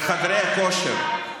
חדרי הכושר,